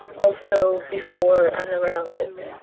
also before and around it.